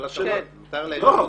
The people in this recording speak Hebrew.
מותר להעיר פה.